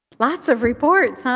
lots of reports. um